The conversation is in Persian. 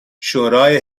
شورای